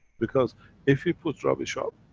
because if you put rubbish out,